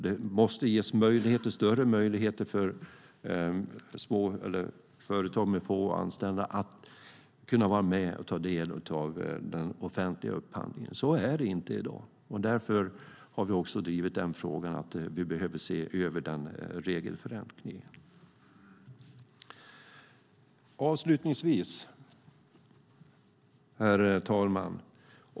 Det måste ges större möjligheter för företag med få anställda att vara med och ta del av den offentliga upphandlingen. Så är det inte i dag. Därför har vi drivit att reglerna behöver ses över. Herr talman!